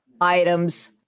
items